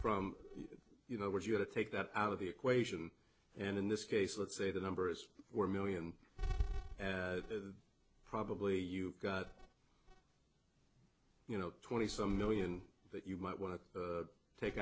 from you know what you have to take that out of the equation and in this case let's say the numbers were million and probably you you know twenty some million that you might want to take